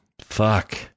Fuck